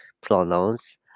pronouns